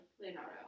Leonardo